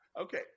Okay